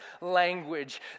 language